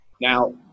Now